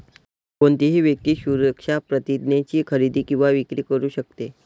कोणतीही व्यक्ती सुरक्षा प्रतिज्ञेची खरेदी किंवा विक्री करू शकते